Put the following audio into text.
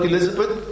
Elizabeth